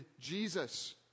Jesus